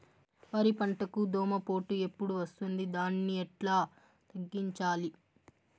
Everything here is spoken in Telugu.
వరి పంటకు దోమపోటు ఎప్పుడు వస్తుంది దాన్ని ఎట్లా తగ్గించాలి?